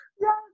Yes